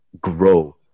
grow